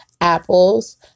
apples